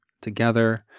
together